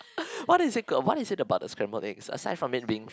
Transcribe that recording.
what is it good what is it about the scrambled eggs aside from it being